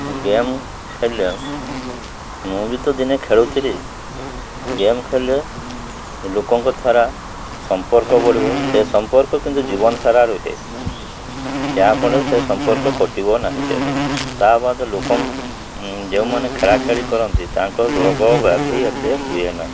game ଖେଳିଲେ ମୁଁ ବି ତ ଦିନେ ଖେଳୁଥିଲି ଗେମ୍ ଖେଳିଲେ ଲୋକଙ୍କ ଠାରେ ସମ୍ପର୍କ ବଢ଼ିବ ସେ ସମ୍ପର୍କ କିନ୍ତୁ ଜୀବନସାରା ରୁହେ ଯାହାଫଳରେ ସେ ସମ୍ପର୍କ କଟିବ ନାହିଁ କେବେ ତା ବାଦ୍ ଲୋକ ଯେଉଁମାନେ ଖେଳାଖେଳି କରନ୍ତି ତାଙ୍କର ରୋଗ ବ୍ୟାଧି ଏତେ ହୁଏ ନାହିଁ